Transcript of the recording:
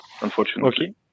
unfortunately